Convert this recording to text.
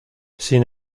sin